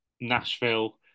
Nashville